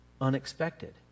unexpected